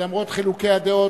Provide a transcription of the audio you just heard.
למרות חילוקי הדעות,